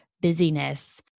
busyness